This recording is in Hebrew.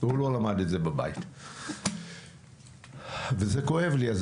הוא לא למד את זה בבית וזה כואב לי,